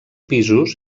pisos